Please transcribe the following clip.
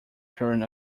current